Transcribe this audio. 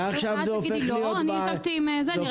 אני גם ראיתי את הדירות.